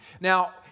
Now